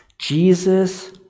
Jesus